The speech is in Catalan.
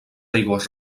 aigües